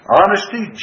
honesty